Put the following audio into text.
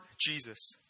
Jesus